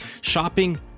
shopping